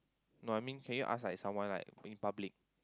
no I mean can you ask like someone like maybe public